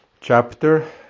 chapter